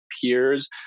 peers